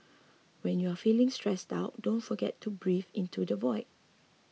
when you are feeling stressed out don't forget to breathe into the void